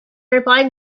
replied